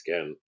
again